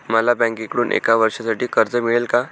मला बँकेकडून एका वर्षासाठी कर्ज मिळेल का?